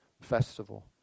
festival